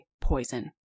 poison